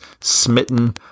smitten